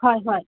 হয় হয়